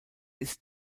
ist